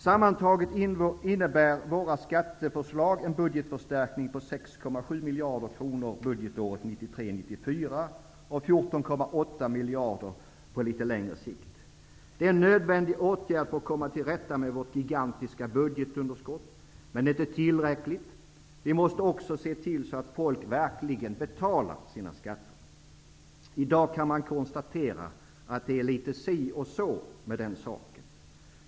Sammantaget innebär våra skatteförslag en budgetförstärkning på 6,7 miljarder kronor budgetåret 93/94 och 14,8 miljarder på litet längre sikt. Det är en nödvändig åtgärd för att komma till rätta med vårt gigantiska budgetunderskott, men det är inte tillräckligt. Vi måste också se till att folk verkligen betalar sina skatter. I dag kan man konstatera att det är litet si och så med den saken.